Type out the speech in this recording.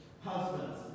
Husbands